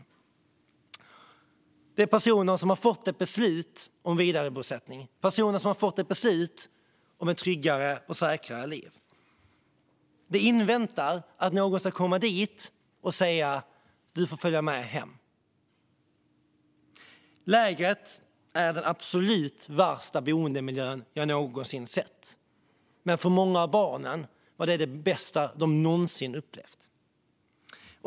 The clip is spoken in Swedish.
Där vistas personer som fått ett beslut om vidarebosättning, om ett tryggare och säkrare liv. De inväntar att någon ska komma dit och säga: Du får följa med hem. Lägret är den absolut värsta boendemiljö jag någonsin sett, men för många av barnen var miljön den bästa de någonsin upplevt.